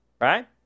right